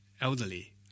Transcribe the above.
elderly